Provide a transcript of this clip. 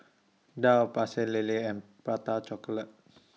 Daal Pecel Lele and Prata Chocolate